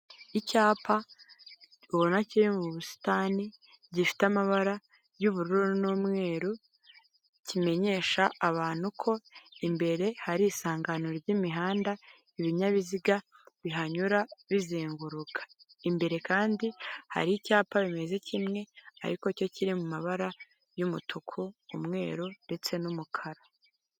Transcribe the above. Icyapa ubona kiri mu busitani, gifite amabara y'ubururu n'umweru kimenyesha abantu ko imbere hari isangano ry'imihanda, ibinyabiziga bihanyura bizenguruka. Imbere kandi hari icyapa bimeze kimwe ariko cyo kiri mu mabara y'umutuku, umweru, ndetse n'umukara.